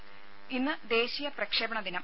ത ഇന്ന് ദേശീയ പ്രക്ഷേപണ ദിനം